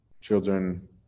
children